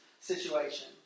situation